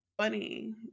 funny